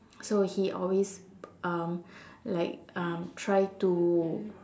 so he always um like um try to